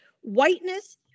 whiteness